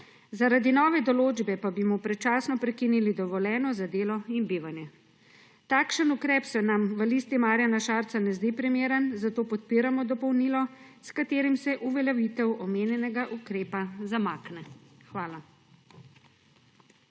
zaradi nove določbe pa bi mu predčasno prekinili dovoljenje za delo in bivanje. Takšen ukrep se nam v Listi Marjana Šarca ne zdi primeren, zato podpiramo dopolnilo, s katerim se uveljavitev omenjenega ukrepa zamakne. Hvala.